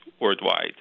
worldwide